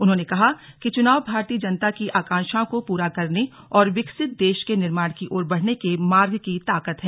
उन्होंने कहा कि चुनाव भारतीय जनता की आकांक्षाओं को पूरा करने और विकसित देश के निर्माण की ओर बढ़ने के मार्ग की ताकत है